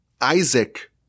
Isaac